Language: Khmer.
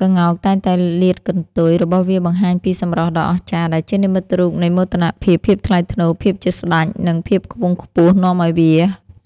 ក្ងោកតែងតែលាតកន្ទុយរបស់វាបង្ហាញពីសម្រស់ដ៏អស្ចារ្យ ដែលជានិមិត្តរូបនៃ មោទនភាព ភាពថ្លៃថ្នូរ ភាពជាស្តេច និង ភាពខ្ពង់ខ្ពស់នាំឲ្យវា